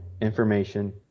information